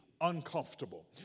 uncomfortable